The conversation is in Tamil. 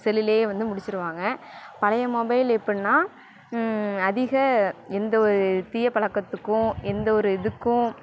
செல்லுல வந்து முடிச்சுருவாங்க பழைய மொபைல் எப்புடினா அதிக எந்த ஒரு தீய பழக்கத்துக்கும் எந்த ஒரு இதுக்கும்